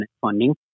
funding